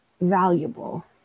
valuable